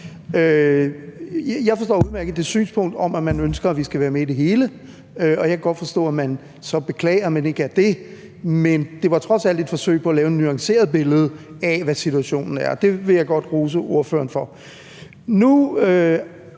Jeg forstår udmærket det synspunkt, at man ønsker, at vi skal være med i det hele, og jeg kan godt forstå, at man så beklager, at man ikke er det, men det var trods alt et forsøg på at lave et nuanceret billede af, hvad situationen er. Det vil jeg godt rose ordføreren for.